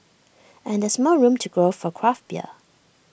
and there's more room to grow for craft beer